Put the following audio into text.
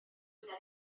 isi